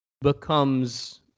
becomes